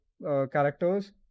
characters